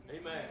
Amen